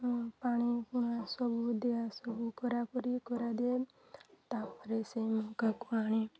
ପାଣି ପୁଣା ସବୁ ଦିଆ ସବୁ କରା କରି କରା ଦିଏ ତା'ପରେ ସେଇ ମକାକୁ ଆଣି